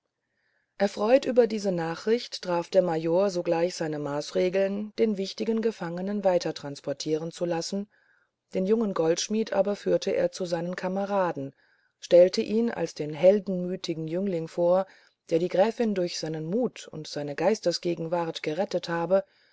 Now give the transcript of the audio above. erfreut über diese nachricht traf der major sogleich seine maßregeln den wichtigen gefangenen weitertransportieren zu lassen den jungen goldschmidt aber führte er zu seinen kameraden stellte ihn als den heldenmütigen jüngling vor der die gräfin durch seinen mut und seine geistesgegenwart gerettet habe